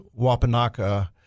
Wapanaka